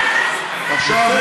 סליחה,